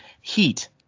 Heat